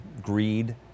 greed